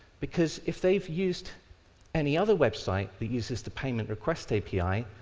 because, if they've used any other website that uses the payment request api,